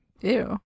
Ew